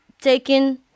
taking